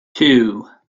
two